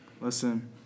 Listen